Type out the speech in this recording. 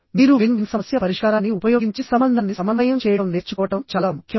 మీరు win win సమస్య పరిష్కారాన్ని ఉపయోగించి సంబంధాన్ని సమన్వయం చేయడం నేర్చుకోవడం చాలా ముఖ్యం